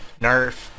nerf